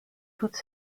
toute